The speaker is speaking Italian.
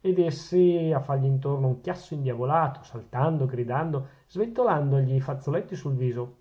ed essi a fargli intorno un chiasso indiavolato saltando gridando sventolandogli i fazzoletti sul viso